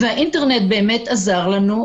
והאינטרנט באמת עזר לנו,